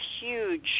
huge